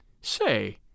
Say